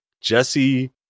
jesse